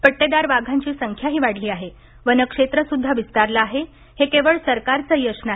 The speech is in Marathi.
पट्टेदार वाघांची संख्याही वाढली आहे वनक्षेत्र सुद्धा विस्तारलं आहे हे केवळ सरकारचं यश नाही